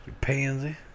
Pansy